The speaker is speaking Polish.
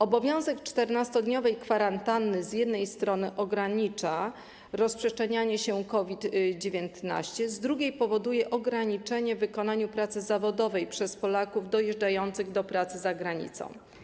Obowiązek 14-dniowej kwarantanny z jednej strony ogranicza rozprzestrzenianie się COVID-19, z drugiej powoduje ograniczenie w wykonywaniu pracy zawodowej przez Polaków dojeżdżających do pracy za granicą.